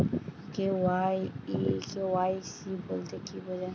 KYC বলতে কি বোঝায়?